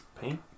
paint